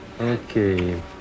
Okay